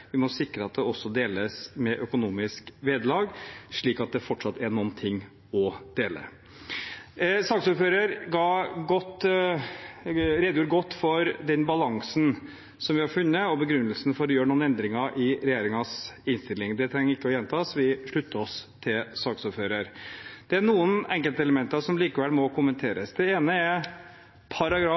vi må sikre at det også deles med økonomisk vederlag, slik at det fortsatt er noen ting å dele. Saksordføreren redegjorde godt for den balansen som vi har funnet, og begrunnelsen for å gjøre noen endringer i regjeringens innstilling. Det trenger vi ikke å gjenta, vi slutter oss til saksordføreren. Det er noen enkeltelementer som likevel må kommenteres. Det ene er